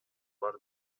бар